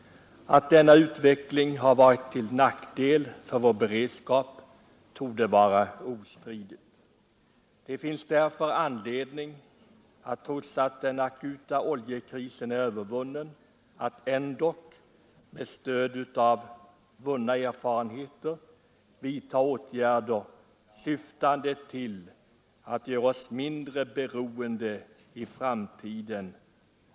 Att denna utveckling har varit till nackdel för vår bränsleberedskap torde vara ostfidigt. Det finns därför anledning att, trots att den akuta oljekrisen är övervunnen, med stöd av vunna erfarenheter vidta åtgärder syftande till att göra oss mindre beroende av oljeimport i framtiden.